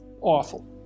awful